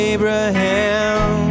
Abraham